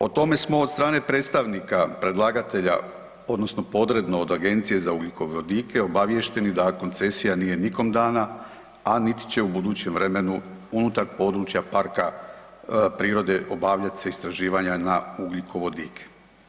O tome smo od strane predstavnika predlagatelja odnosno podredno od Agencije za ugljikovodike obaviješteni da koncesija nije nikom dana, a niti će u budućem vremenu unutar područja parka prirode obavljat se istraživanja ugljikovodika.